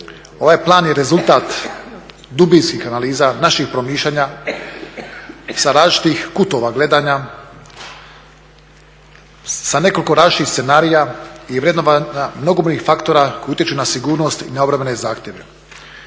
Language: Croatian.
Ovaj plan je rezultat dubinskih analiza, naših promišljanja sa različitih kutova gledanja, sa nekoliko različitih scenarija i vrednovanja mnogobrojnih faktora koji utječu na sigurnost i na obrambene zahtjeve.